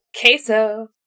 Queso